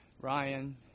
Ryan